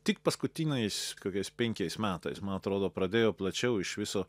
tik paskutiniais kokiais penkiais metais man atrodo pradėjo plačiau iš viso